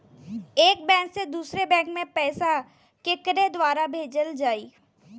एक बैंक से दूसरे बैंक मे पैसा केकरे द्वारा भेजल जाई?